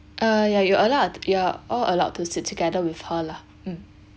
uh yeah you all lah you're all allowed to sit together with her lah mm